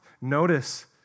notice